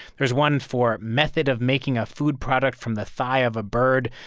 there's one for method of making a food product from the thigh of a bird.